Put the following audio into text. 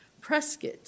Prescott